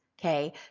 okay